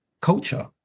culture